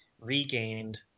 regained